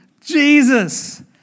Jesus